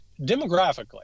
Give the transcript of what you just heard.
demographically